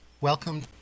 welcome